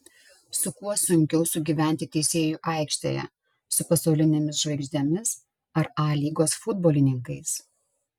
su kuo sunkiau sugyventi teisėjui aikštėje su pasaulinėmis žvaigždėmis ar a lygos futbolininkais